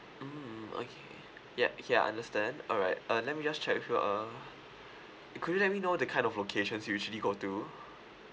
mm okay yup okay I understand alright uh let me just check with you uh could you let me know the kind of locations you usually go to